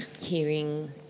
hearing